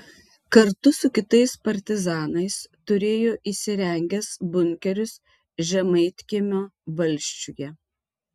kartu su kitais partizanais turėjo įsirengęs bunkerius žemaitkiemio valsčiuje